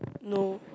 no